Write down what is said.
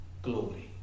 Glory